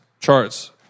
charts